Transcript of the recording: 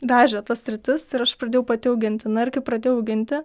vežė ta sritis ir aš pradėjau pati auginti na ir kai pradėjau auginti